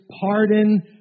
pardon